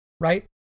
Right